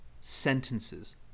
sentences